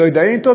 ולא התדיין אתו,